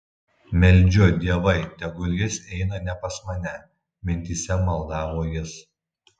meldžiu dievai tegul jis eina ne pas mane mintyse maldavo jis